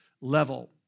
level